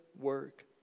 work